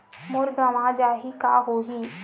मोर गंवा जाहि का होही?